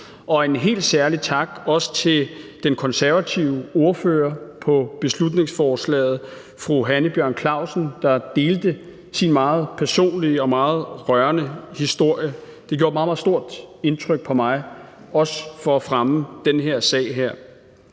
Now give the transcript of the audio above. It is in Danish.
en helt særlig tak til den konservative ordfører på beslutningsforslaget, fru Hanne Bjørn Klausen, der delte sin meget personlige og meget rørende historie for at fremme den her sag,